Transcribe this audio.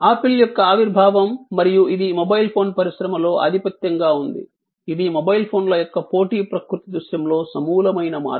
apple యొక్క ఆవిర్భావం మరియు ఇది మొబైల్ ఫోన్ పరిశ్రమలో ఆధిపత్యంగా ఉంది ఇది మొబైల్ ఫోన్ల యొక్క పోటీ ప్రకృతి దృశ్యంలో సమూలమైన మార్పు